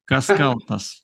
kas kaltas